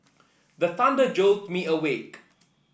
the thunder jolt me awake